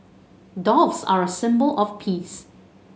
doves are a symbol of peace